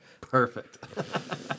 Perfect